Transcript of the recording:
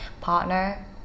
partner